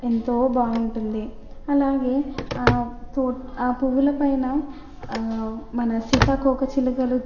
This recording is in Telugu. ఎంతో బాగుంటుంది అలాగే తో ఆ పువ్వుల పైన మన సీతాకోకచిలుకలు